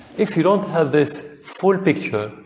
if they don't have this full picture,